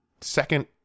second